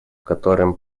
которым